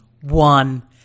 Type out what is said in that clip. One